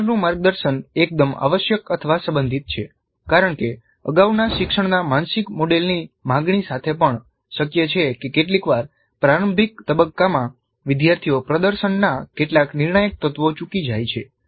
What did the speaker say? શીખનારનું માર્ગદર્શન એકદમ આવશ્યક અથવા સંબંધિત છે કારણ કે અગાઉના શિક્ષણના માનસિક મોડેલની માંગણી સાથે પણ શક્ય છે કે કેટલીકવાર પ્રારંભિક તબક્કામાં વિદ્યાર્થીઓ પ્રદર્શનના કેટલાક નિર્ણાયક તત્વો ચૂકી જાય છે